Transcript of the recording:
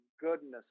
goodness